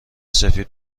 سفید